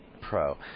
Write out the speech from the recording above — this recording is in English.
pro